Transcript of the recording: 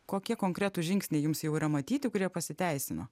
kokie konkretūs žingsniai jums jau yra matyti kurie pasiteisino